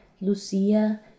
Lucia